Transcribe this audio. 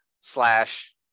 slash